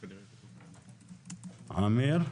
עמיר?